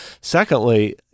secondly